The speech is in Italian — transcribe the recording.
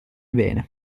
bene